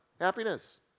Happiness